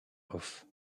off